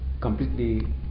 completely